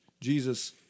Jesus